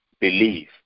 believe